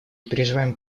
переживаем